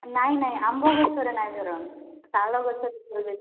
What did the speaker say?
ନାଇଁ ନାଇଁ ଆମ୍ବ ଗଛରେ ନାଇଁ ଧରନ୍ ଶାଳ ଗଛରେ ହୁଏ ବେଶି